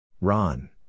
Ron